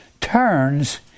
turns